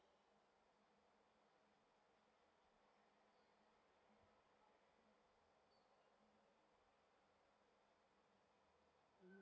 mm